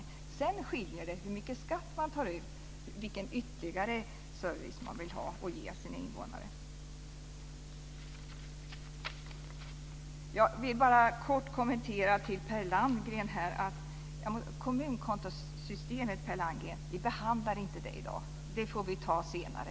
Men sedan skiljer det i hur mycket skatt som tas ut och vilken ytterligare service man vill ha och ge sina invånare. Per Landgren, vi behandlar inte kommunkontosystemet i dag. Det får vi ta senare.